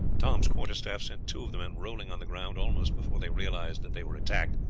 tom's quarter-staff sent two of the men rolling on the ground almost before they realized that they were attacked,